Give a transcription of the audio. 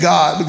God